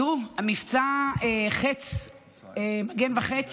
תראו, מבצע מגן וחץ